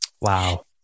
Wow